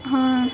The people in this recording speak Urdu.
ہاں